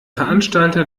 veranstalter